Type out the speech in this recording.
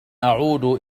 أعود